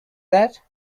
that